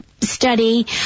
study